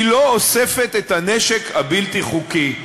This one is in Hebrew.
היא לא אוספת את הנשק הבלתי-חוקי.